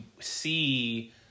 see